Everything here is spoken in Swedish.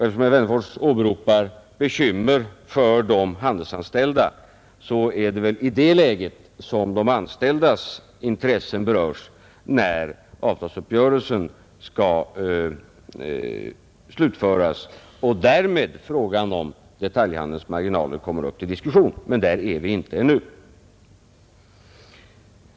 Eftersom herr Wennerfors åberopar bekymmer för de handelsanställda är det väl i det läget som de anställdas intressen berörs när avtalsuppgörelsen skall slutföras och därmed frågan om detaljhandelns marginaler kommer upp till diskussion, men där är vi inte ännu.